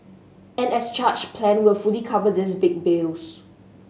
an as charged plan will fully cover these big bills